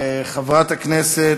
חבר הכנסת